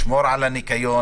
לשמור על הניקיון,